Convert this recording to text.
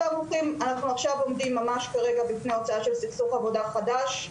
אנחנו עכשיו עומדים ממש כרגע בפני הוצאה של סכסוך עבודה חדש.